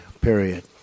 period